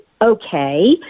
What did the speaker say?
okay